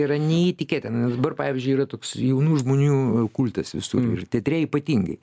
yra neįtikėtina nes dabar pavyzdžiui yra toks jaunų žmonių kultas visur ir teatre ypatingai